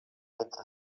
mentre